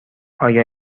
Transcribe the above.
آیا